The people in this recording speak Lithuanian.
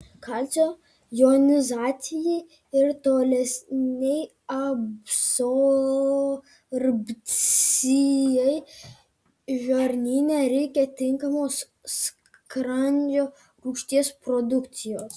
kalcio jonizacijai ir tolesnei absorbcijai žarnyne reikia tinkamos skrandžio rūgšties produkcijos